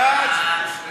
43 בעד, שני מתנגדים.